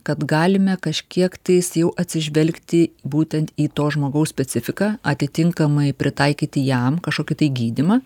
kad galime kažkiek tais jau atsižvelgti būtent į to žmogaus specifiką atitinkamai pritaikyti jam kažkokį tai gydymą